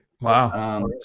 Wow